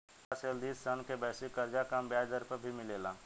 विकाशसील देश सन के वैश्विक कर्जा कम ब्याज दर पर भी मिलेला